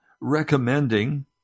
recommending